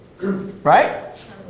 right